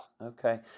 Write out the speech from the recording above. Okay